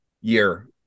year